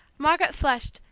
margaret flushed,